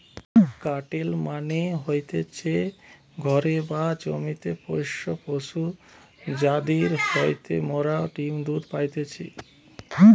কাটেল মানে হতিছে ঘরে বা জমিতে পোষ্য পশু যাদির হইতে মোরা ডিম্ দুধ পাইতেছি